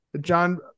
john